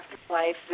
afterlife